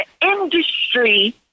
industry